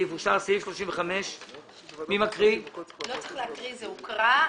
הצבעה בעד פה אחד סעיף 34 נתקבל.